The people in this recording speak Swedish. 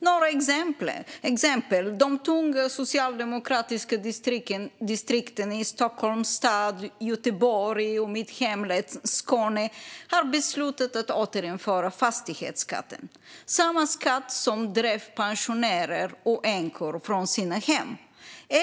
Några exempel: De tunga socialdemokratiska distrikten i Stockholms stad, Göteborg och mitt hemlän Skåne har beslutat att återinföra fastighetsskatten, samma skatt som drev pensionärer och änkor från sina hem.